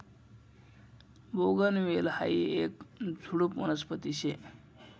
बोगनवेल हायी येक झुडुप वनस्पती शे